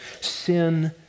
sin